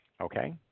Okay